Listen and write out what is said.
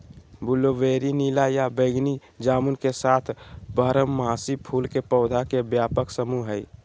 blueberry नीला या बैगनी जामुन के साथ बारहमासी फूल के पौधा के व्यापक समूह हई